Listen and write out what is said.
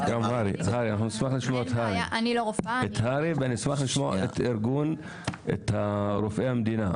אשמח לשמוע את הר"י ואת ארגון רופאי המדינה.